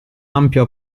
ampio